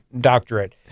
doctorate